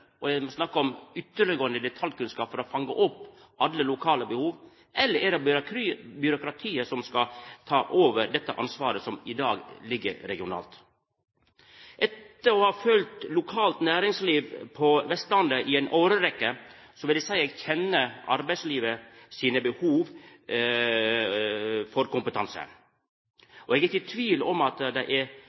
og det er snakk om ytterleggåande detaljkunnskap for å fanga opp alle lokale behov – eller er det byråkratiet som skal taka over dette ansvaret som i dag ligg regionalt? Etter å ha følgt lokalt næringsliv på Vestlandet i ei årrekkje, vil eg seia at eg kjenner arbeidslivet sitt behov for kompetanse. Eg er ikkje i tvil om at